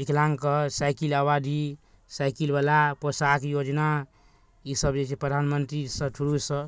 विकलांगके cycle अवधि साइकिलवला पोशाक योजना ईसभ जे छै प्रधानमंत्रीसँ थ्रूसँ